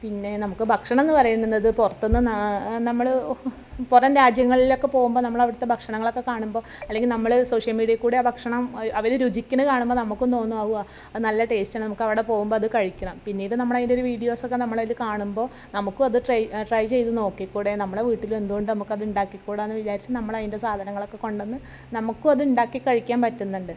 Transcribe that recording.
പിന്നെ നമുക്ക് ഭക്ഷണം എന്ന് പറയുന്നത് പുറത്തുനിന്ന് നമ്മൾ പുറം രാജ്യങ്ങളിലേക്ക് പോവുമ്പോൾ നമ്മൾ അവിടുത്തെ ഭക്ഷണങ്ങളൊക്കെ കാണുമ്പോൾ അല്ലെങ്കിൽ നമ്മൾ സോഷ്യൽ മീഡ്യയിൽക്കൂടെ ആ ഭക്ഷണം അവർ രുചിക്കുന്നത് കാണുമ്പോൾ നമുക്കും തോന്നും ഓ അത് നല്ല ടേസ്റ്റ് ആണ് നമുക്ക് അവിടെ പോവുമ്പം അത് കഴിക്കണം പിന്നീട് നമ്മൾ അതിൻ്റെ വിഡ്യോസ് ഒക്കെ നമ്മൾ അതിൽ കാണുമ്പോൾ നമുക്കും അത് ട്രൈ ട്രൈ ചെയ്ത് നോക്കിക്കൂടെ നമ്മുടെ വീട്ടിലും എന്തുകൊണ്ട് അത് ഉണ്ടാക്കിക്കൂടാ എന്ന് വിചാരിച്ച് നമ്മൾ അതിൻ്റെ സാധനങ്ങളൊക്കെ കൊണ്ടുവന്ന് നമുക്കും അത് ഉണ്ടാക്കി കഴിക്കാൻ പറ്റുന്നുണ്ട്